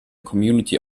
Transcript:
community